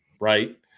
right